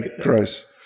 gross